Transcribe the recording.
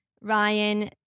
Ryan